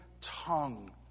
tongue